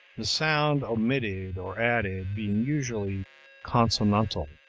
the sound omitted or added being usually consonantal.